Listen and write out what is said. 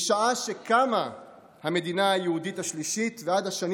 משעה שקמה המדינה היהודית השלישית ועד השנים